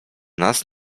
nas